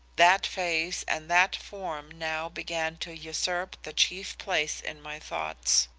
that face and that form now began to usurp the chief place in my thoughts.